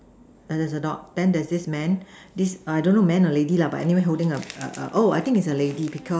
yeah there's a dog then there's this man this I don't know man or lady lah but anyway holding a a a oh I think is a lady because